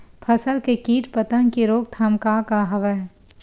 फसल के कीट पतंग के रोकथाम का का हवय?